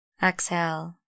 Exhale